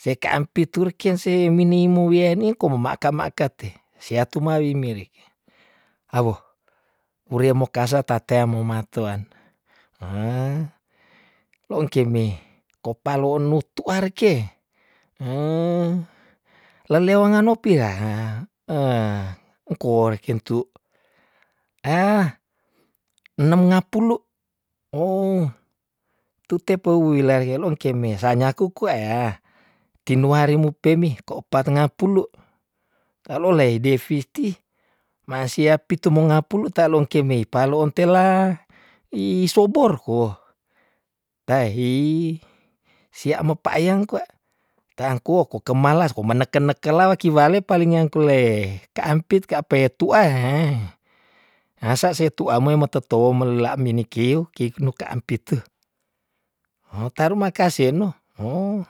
se ka ampit tur keng se minimow wiani ko mo ma ka ma kate sea tu ma wi mereke, awoh wuria mokasa ta teamo matoan heh lo ong ke me ko palo on lutua reke la leo ngano pira ha engkwo reken tu ah enem nga pulu, owh tu te pewila reke lo ong ke me sa nyaku kwa ah ti nuari mu pemi ko pa nga pulu, ka lolei defiti masia pitu monga pulu ta lo ong ke me paloon tela ih so bor ko tahi sia mepa ayang kwa ta angkuo kuke malas kome neken- nekela weki wale palingan kule ka ampit ka apa e tua eh hasa se tua moi mo tetou melela minikiw kiknu ka ampitu, hoh tarimakase no hoh.